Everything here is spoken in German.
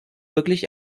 wirklich